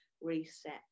reset